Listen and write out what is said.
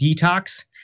Detox